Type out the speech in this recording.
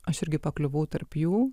aš irgi pakliuvau tarp jų